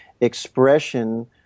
expression